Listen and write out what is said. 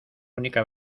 única